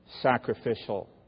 sacrificial